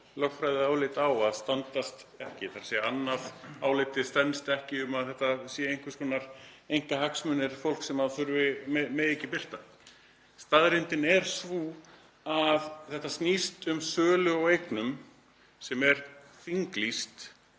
lögfræðiálit á að standast ekki, þ.e. annað álitið stenst ekki, um að þetta séu einhvers konar einkahagsmunir fólks sem ekki megi birta. Staðreyndin er sú að þetta snýst um sölu á eignum sem er þinglýst,